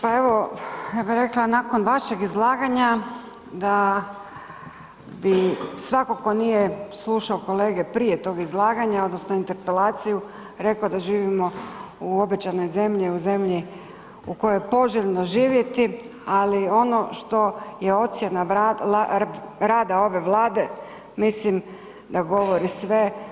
Pa evo, ja bih rekla nakon vašeg izlaganja da bi svatko tko nije slušao kolege prije tog izlaganja, odnosno Interpelaciju rekao da živimo u obećanoj zemlji, u zemlji u kojoj je poželjno živjeti, ali ono što je ocjena rada ove Vlada, mislim da govori sve.